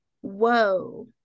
Whoa